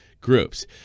groups